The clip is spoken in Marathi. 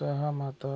सहमत